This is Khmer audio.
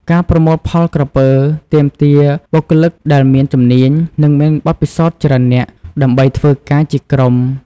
ការប្រមូលផលក្រពើទាមទារបុគ្គលិកដែលមានជំនាញ និងមានបទពិសោធន៍ច្រើននាក់ ដើម្បីធ្វើការជាក្រុម។